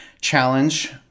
challenge